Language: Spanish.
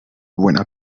buena